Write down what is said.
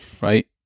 right